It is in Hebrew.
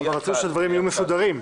אבל רצינו שהדברים יהיו מסודרים.